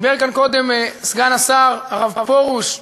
דיבר כאן קודם סגן השר הרב פרוש,